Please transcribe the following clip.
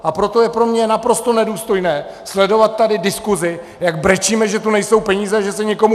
A proto je pro mě naprosto nedůstojné sledovat tady diskuzi, jak brečíme, že tu nejsou peníze a že se někomu přidá.